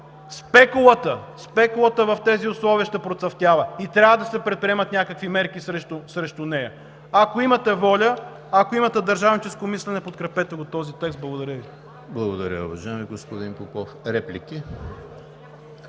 спекулата в тези условия ще процъфтява и трябва да се предприемат някакви мерки срещу нея. Ако имате воля, ако имате държавническо мислене, подкрепете този текст. Благодаря Ви.